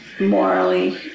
Morally